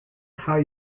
how